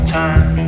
time